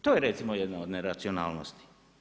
To je recimo jedna od neracionalnosti.